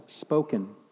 spoken